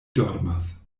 dormas